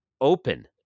open